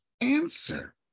answer